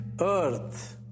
Earth